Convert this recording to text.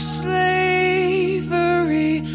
slavery